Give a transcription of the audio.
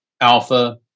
alpha